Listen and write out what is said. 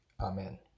Amen